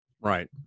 Right